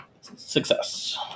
Success